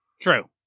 True